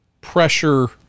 pressure